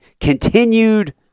continued